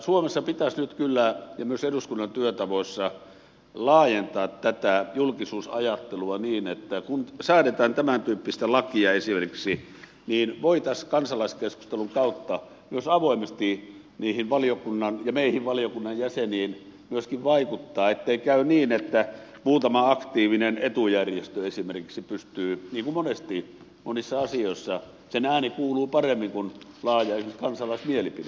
suomessa pitäisi nyt kyllä myös eduskunnan työtavoissa laajentaa tätä julkisuusajattelua niin että kun säädetään esimerkiksi tämän tyyppistä lakia voitaisiin kansalaiskeskustelun kautta avoimesti myöskin niihin ja meihin valiokunnan jäseniin vaikuttaa ettei käy niin että esimerkiksi muutaman aktiivisen etujärjestön ääni niin kuin monesti monissa asioissa kuuluu paremmin kuin laaja kansalaismielipide